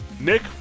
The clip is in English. Nick